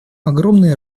огромные